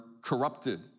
corrupted